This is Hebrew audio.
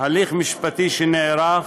הליך משפטי שנערך,